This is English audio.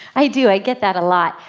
i do, i get that a lot.